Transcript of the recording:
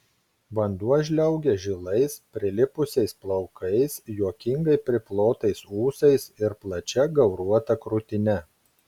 vanduo žliaugė žilais prilipusiais plaukais juokingai priplotais ūsais ir plačia gauruota krūtine